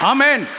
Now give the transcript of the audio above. Amen